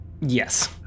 Yes